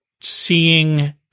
seeing